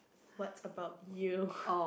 what about you